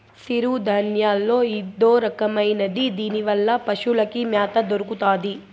సిరుధాన్యాల్లో ఇదొరకమైనది దీనివల్ల పశులకి మ్యాత దొరుకుతాది